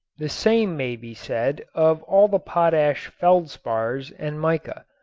the same may be said of all the potash feldspars and mica.